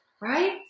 right